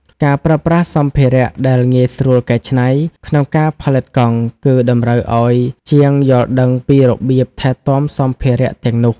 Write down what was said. ការប្រើប្រាស់សម្ភារៈដែលងាយស្រួលកែច្នៃ ក្នុងការផលិតកង់ នឹងតម្រូវឱ្យជាងយល់ដឹងពីរបៀបថែទាំសម្ភារៈទាំងនោះ។